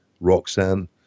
Roxanne